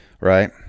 right